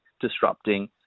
disrupting